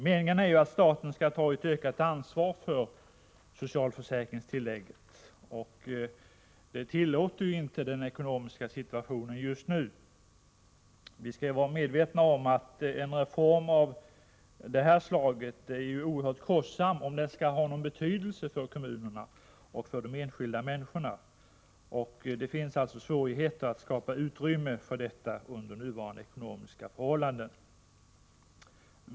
Meningen är att staten skall ta ett ökat ansvar för socialförsäkringstillägget. Det tillåter inte den ekonomiska situationen just nu. Vi skall vara medvetna om att en reform av detta slag är oerhört kostsam om den skall ha betydelse för kommunerna och de enskilda människorna. Det är alltså svårigheter att skapa utrymme för detta under nuvarande ekonomiska förhållanden.